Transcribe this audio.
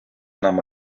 нам